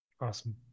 Awesome